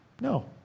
no